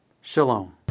Shalom